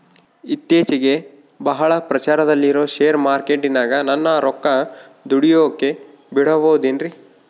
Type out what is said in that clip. ಇತ್ತೇಚಿಗೆ ಬಹಳ ಪ್ರಚಾರದಲ್ಲಿರೋ ಶೇರ್ ಮಾರ್ಕೇಟಿನಾಗ ನನ್ನ ರೊಕ್ಕ ದುಡಿಯೋಕೆ ಬಿಡುಬಹುದೇನ್ರಿ?